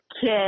kid